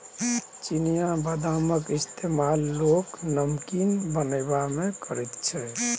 चिनियाबदामक इस्तेमाल लोक नमकीन बनेबामे करैत छै